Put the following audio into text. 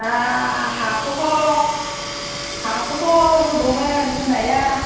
हा हाखौथ' हाखौथ' होगौमोन होनाया